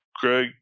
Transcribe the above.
Greg